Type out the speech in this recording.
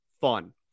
fun